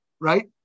right